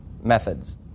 methods